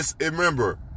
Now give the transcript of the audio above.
Remember